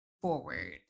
forward